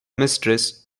mistress